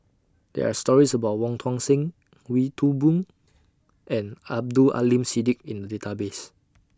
There Are stories about Wong Tuang Seng Wee Toon Boon and Abdul Aleem Siddique in The Database